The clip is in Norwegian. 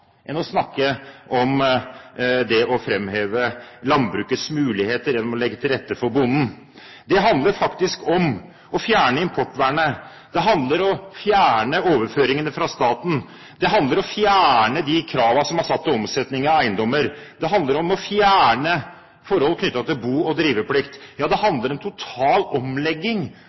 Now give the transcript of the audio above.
enn å snakke om det å framheve landbrukets muligheter gjennom å legge til rette for bonden. Det handler faktisk om å fjerne importvernet. Det handler om å fjerne overføringene fra staten. Det handler om å fjerne de kravene som er satt til omsetning av eiendommer. Det handler om å fjerne forhold knyttet til bo- og driveplikt. Ja, det handler om en total omlegging